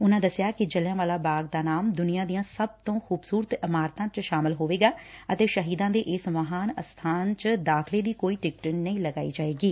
ਉਨਾਂ ਦੱਸਿਆ ਕਿ ਜਲਿਆਂਵਾਲਾ ਬਾਗ ਦਾ ਨਾਮ ਦਨੀਆ ਦੀਆਂ ਸਭ ਤੋ ਖਬਸ਼ਰਤ ਇਮਾਰਤਾਂ 'ਚ ਸ਼ਾਮਲ ਹੋਵੇਗਾ ਅਤੇ ਸ਼ਹੀਦਾਂ ਦੇ ਇਸ ਮਹਾਨ ਅਸਬਾਨ 'ਚ ਦਾਖਲੇ ਦੀ ਕੋਈ ਟਿਕਟ ਨਹੀਂ ਲਗਾਈ ਜਾਵੇਗੀ